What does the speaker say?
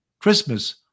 Christmas